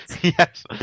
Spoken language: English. yes